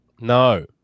no